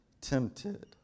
tempted